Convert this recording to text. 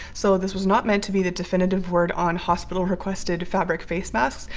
so this was not meant to be the definitive word on hospital requested fabric face masks,